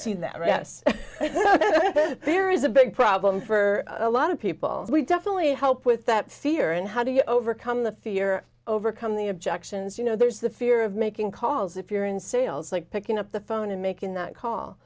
yes there is a big problem for a lot of people we definitely help with that fear and how do you overcome the fear overcome the objections you know there's the fear of making calls if you're in sales like picking up the phone and making that call